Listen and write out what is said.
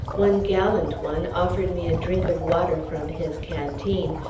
one gallant one offered me a drink of water from his canteen,